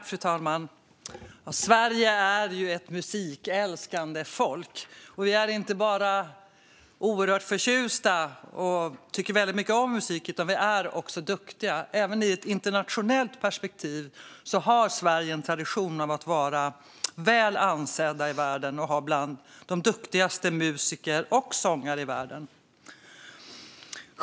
Fru talman! Sverige har ett musikälskande folk. Vi är inte bara oerhört förtjusta och tycker väldigt mycket om musik. Vi är också duktiga. Även i ett internationellt perspektiv har Sverige en tradition av att vara väl ansett i världen, och vi har bland de duktigaste musiker och sångare som finns i världen.